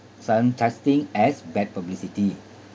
some such thing as bad publicity